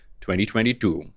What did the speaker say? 2022